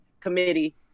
committee